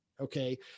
Okay